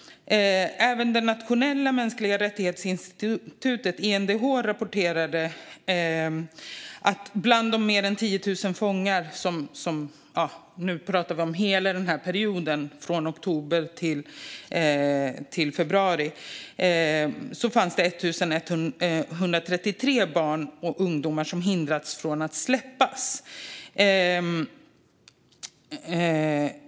Också det nationella mänskliga rättighetsinstitutet, INDH, har rapporterat att bland de mer än 10 000 fångarna från hela perioden oktober till februari fanns 1 133 barn och ungdomar som hindrats från att släppas.